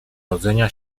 rodzenia